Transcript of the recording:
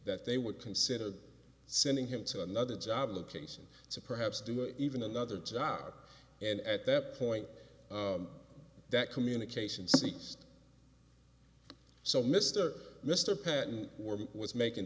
that they would consider sending him to another job location so perhaps doing even another job and at that point that communication ceased so mr mr patten or was making